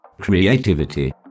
creativity